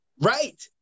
Right